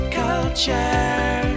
culture